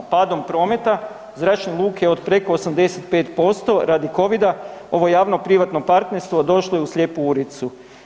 Padom prometa zračne luke od preko 85% radi Covida ovo javno privatno partnerstvo došlo je slijepu ulicu.